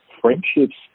Friendships